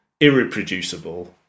irreproducible